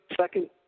second